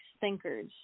thinkers